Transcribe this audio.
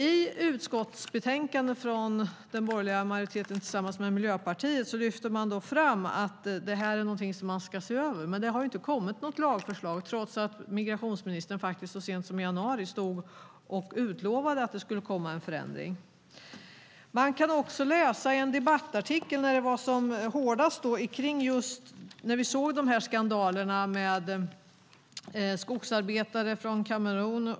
I utskottsbetänkandet från den borgerliga majoritetens tillsammans med Miljöpartiet lyfte man fram att det är någonting som man ska se över. Men det har inte kommit något lagförslag trots att migrationsministern så sent som i januari stod och utlovade att det skulle komma en förändring. Man kan också läsa en debattartikel från när det var som hårdast och vi såg skandalerna med skogsarbetarna från Kamerun.